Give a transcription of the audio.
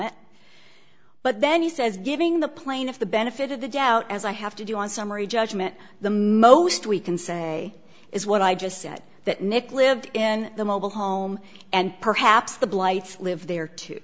it but then he says giving the plaintiff the benefit of the doubt as i have to do on summary judgment the most we can say is what i just said that nick lived in the mobile home and perhaps the blights live there too